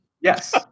Yes